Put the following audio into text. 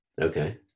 Okay